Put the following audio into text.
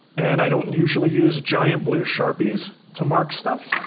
and i don't usually use giant blue sharpies to mark stuff.